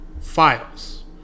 files